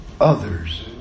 others